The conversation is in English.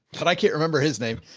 but i can't remember his name.